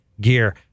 gear